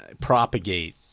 propagate